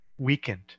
weakened